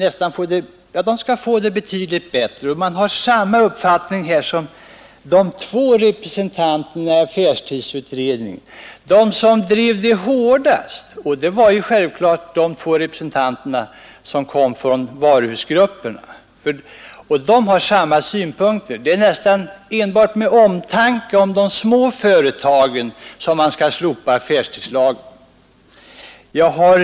Utskottsmajoriteten har härvidlag samma uppfattning som de två representanterna för varuhusgruppen som satt med i affärstidskommittén och som hårdast drev denna linje. Man gör gällande att det är enbart av omtanke om de små företagen som man vill slopa affärstidslagen.